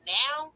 now